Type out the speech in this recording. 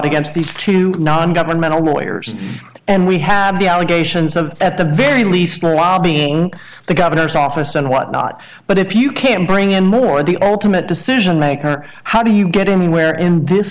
against these two nongovernmental lawyers and we have the allegations of at the very least being the governor's office and what not but if you can bring in more the ultimate decision maker how do you get anywhere in this